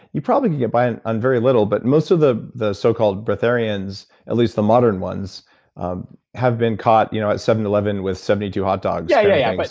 you probably could get by and on very little, but most the the so-called breatharians, at least the modern ones have been caught you know at seven eleven with seventy two hotdogs yeah, yeah, yeah, but,